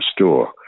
store